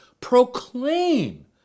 proclaim